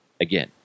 Again